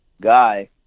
guy –